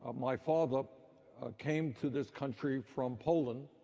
my father came to this country from poland.